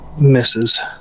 misses